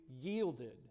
yielded